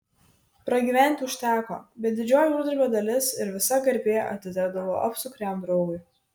pragyventi užteko bet didžioji uždarbio dalis ir visa garbė atitekdavo apsukriam draugui